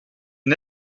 une